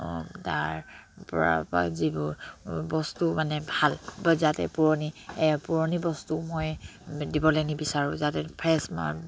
তাৰ পৰা যিবোৰ বস্তু মানে ভাল যাতে পুৰণি পুৰণি বস্তু মই দিবলে নিবিচাৰোঁ যাতে ফ্ৰেছ